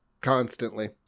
Constantly